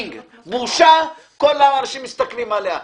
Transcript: בושה, כל האנשים מסתכלים עליה.